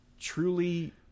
truly